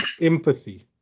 empathy